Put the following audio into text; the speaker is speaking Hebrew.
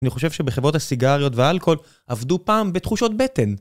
אני חושב שבחברות הסיגריות והאלכוהול עבדו פעם בתחושות בטן.